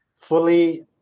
fully